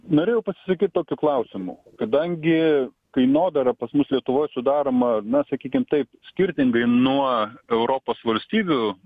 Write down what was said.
norėjau pasisakyt tokiu klausimu kadangi kainodara pas mus lietuvoj sudaroma na sakykim taip skirtingai nuo europos valstybių